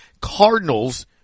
Cardinals